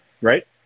Right